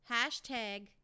hashtag